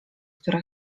która